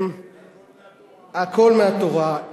זה הכול מהתורה.